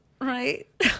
right